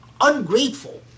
ungrateful